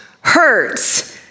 hurts